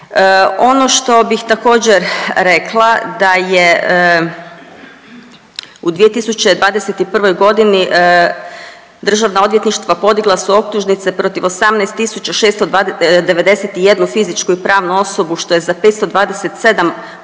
Ono što bih također rekla da je u 2021.g. državna odvjetništva podigla su optužnice protiv 18691 fizičku i pravnu osobu, što je za 527 osoba